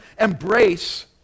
embrace